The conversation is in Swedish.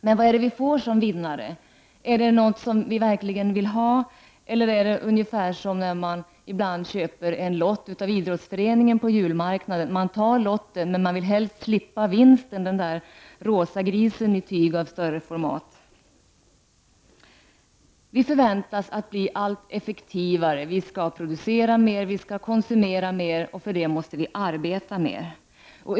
Men vad får vi som vinnare? Är det någonting som vi verkligen vill ha, eller är det ungefär som när man ibland köper en lott av idrottsföreningen på julmarknaden? Man tar lotten men vill helst slippa vinsten — en rosa tyggris i större format. Vi förväntas bli allt effektivare. Vi skall producera mera och konsumera mera, och för det måste vi arbeta mera.